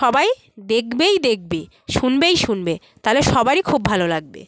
সবাই দেকবেই দেকবে শুনবেই শুনবে তাহলে সবারই খুব ভালো লাগবে